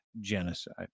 genocide